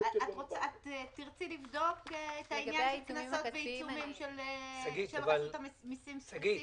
את תרצי לבדוק את העניין של קנסות ועיצומים של רשות המיסים ספציפית?